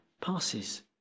passes